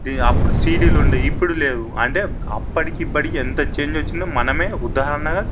అప్పుడు సీడీలు ఉండాయి ఇప్పుడు లేవు అంటే అప్పటికి ఇప్పటికీ ఎంత చేంజ్ వచ్చిందో మనమే ఉదాహరణగా